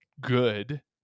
good